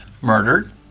murdered